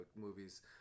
movies